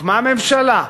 הוקמה ממשלה,